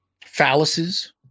fallacies